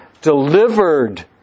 delivered